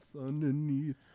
underneath